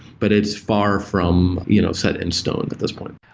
but it's far from you know set in stone at this point.